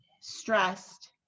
stressed